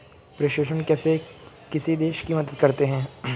प्रेषण कैसे किसी देश की मदद करते हैं?